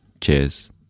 Cheers